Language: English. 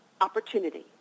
opportunity